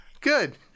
Good